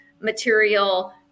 material